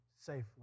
safely